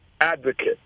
advocate